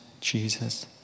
Jesus